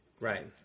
Right